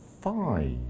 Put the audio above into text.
five